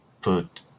put